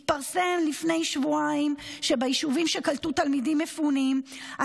התפרסם לפני שבועיים שביישובים שקלטו תלמידים מפונים,